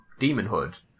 Demonhood